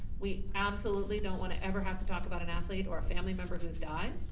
we absolutely don't wanna ever have to talk about an athlete or a family member who's died.